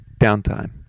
Downtime